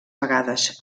vegades